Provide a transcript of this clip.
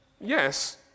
Yes